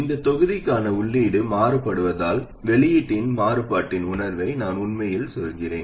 இந்த தொகுதிக்கான உள்ளீடு மாறுபடுவதால் வெளியீட்டின் மாறுபாட்டின் உணர்வை நான் உண்மையில் சொல்கிறேன்